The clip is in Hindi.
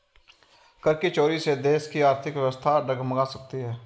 कर की चोरी से देश की आर्थिक व्यवस्था डगमगा सकती है